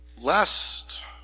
Last